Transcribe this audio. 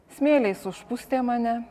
smėliais užpustė mane